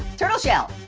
turtle shell.